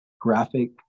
graphic